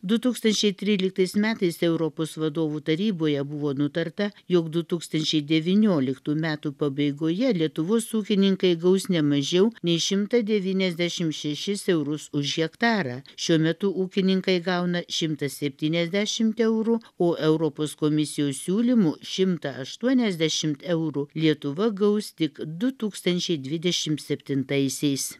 du tūkstančiai tryliktais metais europos vadovų taryboje buvo nutarta jog du tūkstančiai devynioliktų metų pabaigoje lietuvos ūkininkai gaus ne mažiau nei šimtą devyniasdešimt šešis eurus už hektarą šiuo metu ūkininkai gauna šimtą septyniasdešimt eurų o europos komisijos siūlymu šimtą aštuoniasdešimt eurų lietuva gaus tik du tūkstančiai dvidešimt septintaisiais